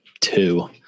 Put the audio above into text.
two